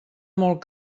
molt